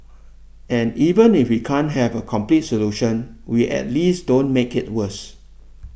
and even if we can't have a complete solution we at least don't make it worse